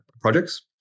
projects